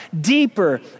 deeper